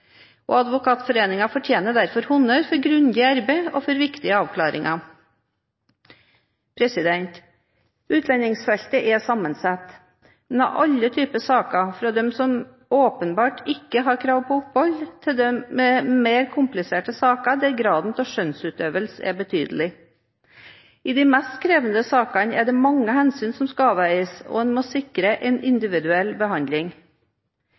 Advokatforeningen fortjener derfor honnør for grundig arbeid og for viktige avklaringer. Utlendingsfeltet er sammensatt, med alle typer saker, fra dem som åpenbart ikke har krav på opphold, til mer kompliserte saker der graden av skjønnsutøvelse er betydelig. I de mest krevende sakene er det mange hensyn som skal avveies, og en må sikre en individuell behandling.